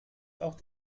auch